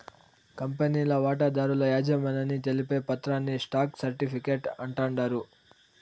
కంపెనీల వాటాదారుల యాజమాన్యాన్ని తెలిపే పత్రాని స్టాక్ సర్టిఫీకేట్ అంటాండారు